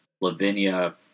Lavinia